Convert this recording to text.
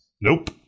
Nope